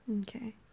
okay